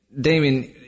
damien